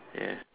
ya